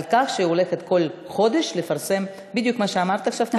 על כך שהיא הולכת בכל חודש לפרסם בדיוק את מה שאמרת עכשיו,